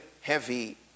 heavy